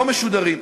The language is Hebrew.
לא משודרים.